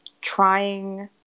trying